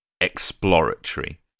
exploratory